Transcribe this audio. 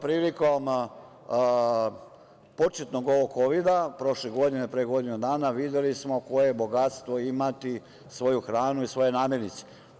Prilikom početnog ovog Kovida, prošle godine, pre godinu dana videli smo koje je bogatstvo imati svoju hranu i svoje namirnice.